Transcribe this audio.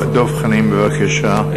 דב חנין, בבקשה.